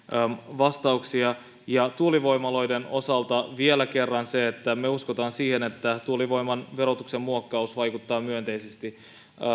vastauksia tuulivoimaloiden osalta vielä kerran se että me uskomme siihen että tuulivoiman verotuksen muokkaus vaikuttaa myönteisesti